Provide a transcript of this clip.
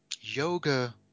yoga